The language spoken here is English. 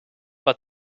but